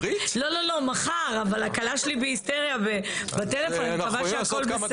והם מבקשים שבמערך הזה יהיה גם גורם עם ידע